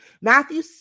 Matthew